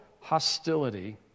hostility